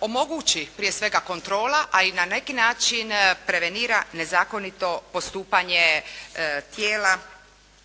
omogući prije svega kontrola, ali i na neki način prevenira nezakonito postupanje tijel